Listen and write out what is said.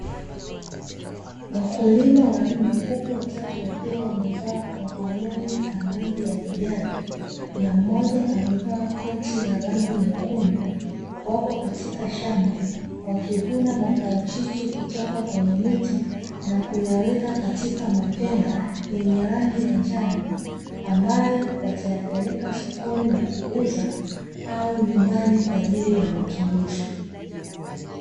Wakulima wanne huku watatu wakiwa wamevaa ovaroli za rangi ya kijani, na mmoja amevaa koti la rangi nyekundu, wapo katika shamba wakivuna maparachichi kutoka kwenye miti, na kuyaweka katika matenga yenye rangi ya njano, ambayo watayapeleka sokoni na kuuza au nyumbani kwa ajili ya matumizi.